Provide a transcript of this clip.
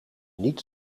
niet